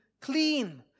clean